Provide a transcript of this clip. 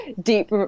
deep